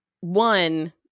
one